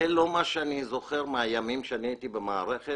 זה לא מה שאני זוכר מהימים שאני הייתי במערכת.